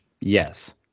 Yes